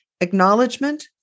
acknowledgement